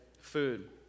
food